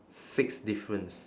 sixth difference